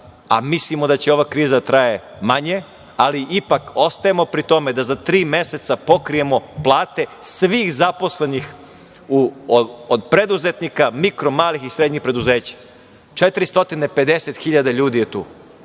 a mislimo da će ova kriza da traje manje, ali ipak ostajemo pri tome da za tri meseca pokrijemo plate svih zaposlenih, od preduzetnika, mikro, malih i srednjih preduzeća - 450 hiljada ljudi je tu.